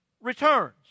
returns